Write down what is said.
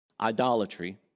idolatry